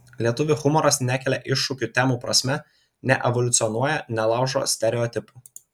lietuvių humoras nekelia iššūkių temų prasme neevoliucionuoja nelaužo stereotipų